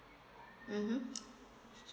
mmhmm